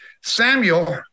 Samuel